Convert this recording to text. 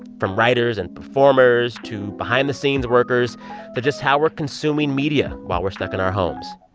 from writers and performers to behind-the-scenes workers to just how we're consuming media while we're stuck in our homes.